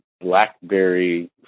blackberry